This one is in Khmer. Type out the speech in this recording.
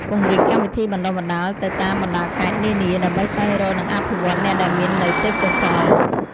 ពង្រីកកម្មវិធីបណ្តុះបណ្តាលទៅតាមបណ្តាខេត្តនានា ដើម្បីស្វែងរកនិងអភិវឌ្ឍអ្នកដែលមាននូវទេពកោសល្យ។